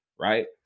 right